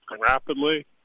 rapidly